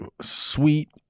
sweet